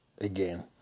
Again